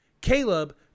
Caleb